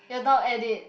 your dog ate it